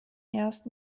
erst